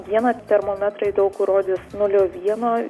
dieną termometrai daug kur rodys nulio vieno